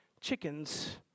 chickens